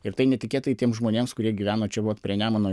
ir tai netikėtai tiem žmonėms kurie gyveno čia vat prie nemuno